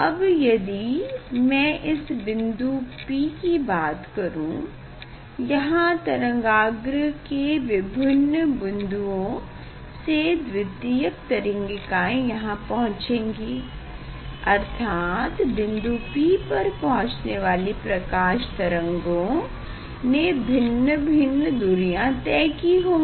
अब यदि मैं इस बिन्दु P की बात करूँ यहाँ तरंगाग्र के विभिन्न बिंदुओ से द्वितीयक तरंगिकायें यहाँ पहुंचेंगी अर्थात बिन्दु P पर पहुचने वाली प्रकाश तरंगों ने भिन्न भिन्न दूरियाँ तय की होंगी